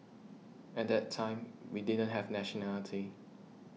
at that time we didn't have nationality